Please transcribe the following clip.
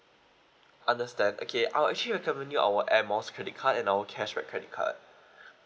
understand okay I'll actually recommend you our air miles credit card and our cashback credit card